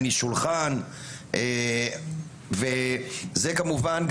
טניס שולחן וזה כמובן,